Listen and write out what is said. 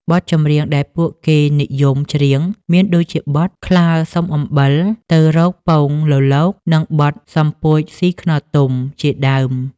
បទចម្រៀងដែលពួកគេនិយមច្រៀងមានដូចជាបទ «ក្លើសុំអំបិល» «ទៅរកពងលលក» និងបទ «សំពោចស៊ីខ្នុរទុំ» ជាដើម។